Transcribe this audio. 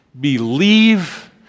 believe